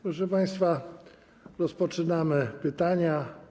Proszę państwa, rozpoczynamy pytania.